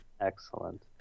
Excellent